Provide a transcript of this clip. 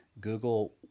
Google